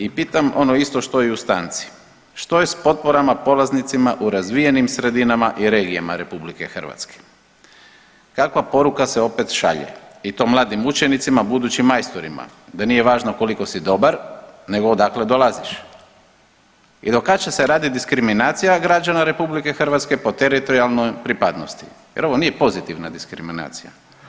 I pitam ono isto što i u stanci, što je s potporama polaznicima u razvijenim sredinama i regijama RH, kakva poruka se opet šalje i to mladim učenicima, budućim majstorima, da nije važno koliko si dobar nego odakle dolaziš i do kad će se raditi diskriminacija građana RH po teritorijalnoj pripadnosti jer ovo nije pozitivna diskriminacija.